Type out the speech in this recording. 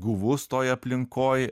guvus toj aplinkoj